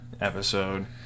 episode